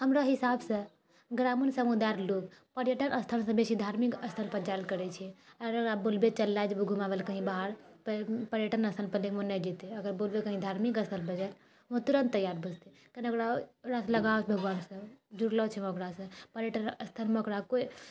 हमरो हिसाबसऽ ग्रामीण समुदाय र लोक पर्यटन स्थलसे बेसी धार्मिक स्थलपर जाइलऽ करै छै अगर ओकरा बोलबे चल लेऽ जेबौ घुमाबै लेऽ कही बाहर तऽ पर्यटन स्थलपर तऽ ओ नै जैतै अगर बोलबै कही धार्मिक स्थलपर जाइ लेऽ तऽ ओ तुरन्त तैयार भऽ जेतै तइ लेऽ ओकरा ओइसऽ लगाव जुड़लो छै ओकरासऽ पर्यटन स्थलमे ओकरा कोइ